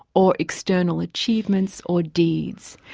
or external achievements or deeds.